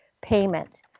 payment